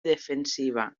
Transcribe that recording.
defensiva